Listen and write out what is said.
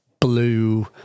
blue